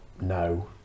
no